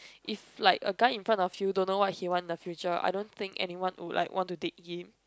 if like a guy in front of you don't know what he want in the future I don't think anyone would like want to date him